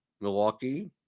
Milwaukee